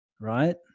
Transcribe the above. right